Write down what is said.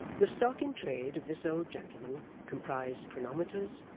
the stock-in-trade of this old gentleman comprised chronometers,